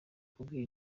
kubwira